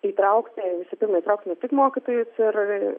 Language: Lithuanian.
įtraukti visų pirma įtraukti ne tik mokytojus ir